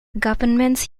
governments